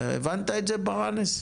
אתה הבנת את זה, ברנס?